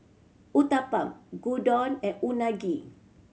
Uthapam Gyudon and Unagi